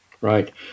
Right